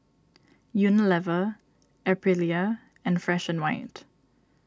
Unilever Aprilia and Fresh and White